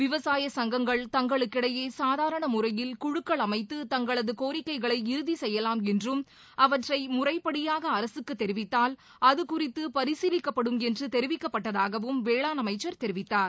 விவசாய சங்கங்கள் தங்களுக்கிடையே சாதரண முறையில் குழுக்கள் அமைத்து தங்களது கோரிக்கைகளை இறுதி செய்யலாம் என்றும் அவற்றை முறைபடியாக அரசுக்கு தெரிவித்தால் அது குறித்து பரிசீலிக்கப்படும் என்று தெரிவிக்கப்பட்டதாகவும் வேளாண் அமைச்சர் தெரிவித்தார்